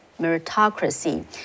Meritocracy